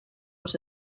los